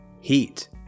heat